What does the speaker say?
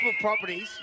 properties